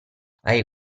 hai